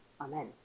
Amen